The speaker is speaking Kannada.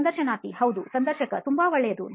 ಸಂದರ್ಶನಾರ್ಥಿ ಹೌದು ಸಂದರ್ಶಕ ತುಂಬಾ ಒಳ್ಳೆಯದು